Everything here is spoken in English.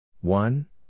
one